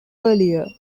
earlier